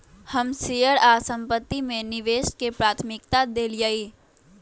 हम शेयर आऽ संपत्ति में निवेश के प्राथमिकता देलीयए